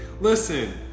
Listen